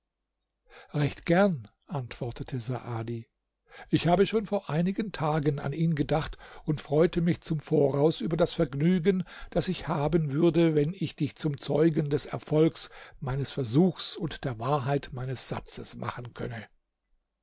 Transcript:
recht gern antwortete saadi ich habe schon vor einigen tagen an ihn gedacht und freute mich zum voraus über das vergnügen das ich haben würde wenn ich dich zum zeugen des erfolgs meines versuchs und der wahrheit meines satzes machen könnte